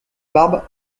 barbe